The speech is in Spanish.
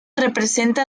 representa